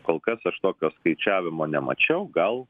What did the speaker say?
kol kas aš tokio skaičiavimo nemačiau gal